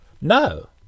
No